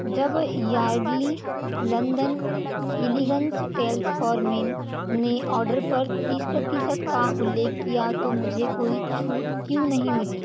जब Yardley London elegance tales for men ने order पर तीस प्रतिशत का उल्लेख किया तो मुझे कोई छूट क्यों नहीं मिली